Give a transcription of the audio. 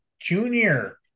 junior